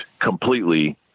completely